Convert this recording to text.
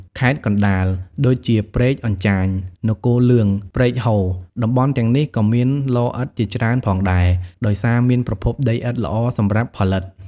ខេត្តកណ្តាល ដូចជា ព្រែកអញ្ចាញ នគរលឿង ព្រែកហូរ តំបន់ទាំងនេះក៏មានឡឥដ្ឋជាច្រើនផងដែរ ដោយសារមានប្រភពដីឥដ្ឋល្អសម្រាប់ផលិត។